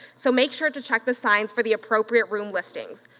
so make sure to check the signs for the appropriate room listings.